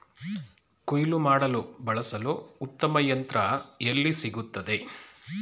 ಕುಯ್ಲು ಮಾಡಲು ಬಳಸಲು ಉತ್ತಮ ಯಂತ್ರ ಎಲ್ಲಿ ಸಿಗುತ್ತದೆ?